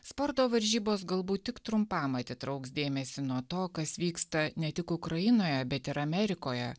sporto varžybos galbūt tik trumpam atitrauks dėmesį nuo to kas vyksta ne tik ukrainoje bet ir amerikoje